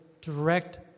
direct